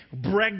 Brexit